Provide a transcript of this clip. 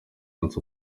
munsi